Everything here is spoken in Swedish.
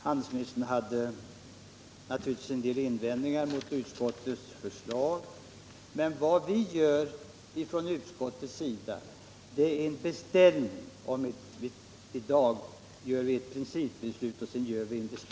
Handelsministern hade naturligtvis en del invändningar mot utskottets förslag, men vad vi gör från utskottets sida i dag är att vi föreslår att riksdagen skall fatta ett principbeslut, och sedan gör vi en beställning.